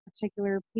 particular